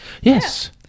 Yes